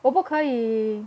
我不可以